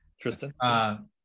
Tristan